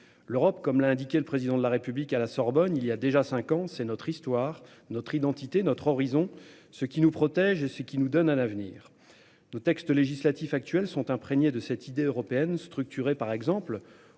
L'Europe, comme l'a indiqué le président de la République à la Sorbonne, il y a déjà 5 ans, c'est notre histoire, notre identité, notre horizon ce qui nous protège. Ce qui nous donne à l'avenir de textes législatifs actuels sont imprégnés de cette idée européenne structuré par exemple